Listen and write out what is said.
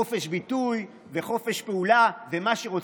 חופש ביטוי וחופש פעולה ומה שרוצים,